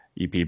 ep